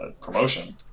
promotion